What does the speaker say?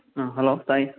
hello ꯇꯥꯏꯌꯦ